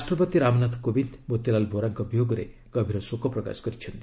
ରାଷ୍ଟ୍ରପତି ରାମନାଥ କୋବିନ୍ଦ ମୋତିଲାଲ ଭୋରାଙ୍କ ବିୟୋଗରେ ଗଭୀର ଶୋକ ପ୍ରକାଶ କରିଛନ୍ତି